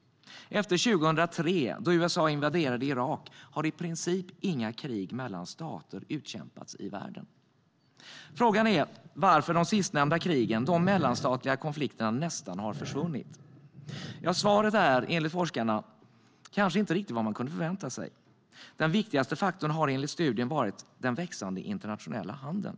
Efter 2003, då USA invaderade Irak, har i princip inga krig mellan stater utkämpats i världen. Frågan är varför de sistnämnda krigen, de mellanstatliga konflikterna, nästan har försvunnit. Svaret är enligt forskarna kanske inte riktigt vad man kunde förvänta sig. Den viktigaste faktorn har enligt studien varit den växande internationella handeln.